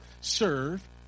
serve